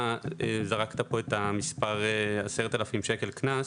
זרקת פה את המספר 10,000 שקל קנס.